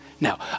Now